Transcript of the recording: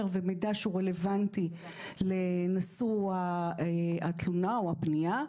ומידע שהוא רלוונטי לנשוא התלונה או הפנייה,